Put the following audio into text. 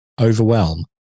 Overwhelm